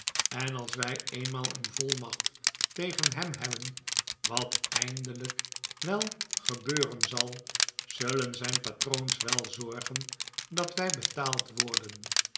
en als wij eenmaal een volmacht tegen hem hebben wat eindelijk wel gebeuren zal zullen zijn patroons wel zorgen dat wij betaald worden